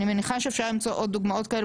אני מניחה שאפשר עוד דוגמאות כאלה.